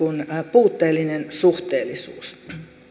puutteellinen suhteellisuus